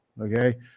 okay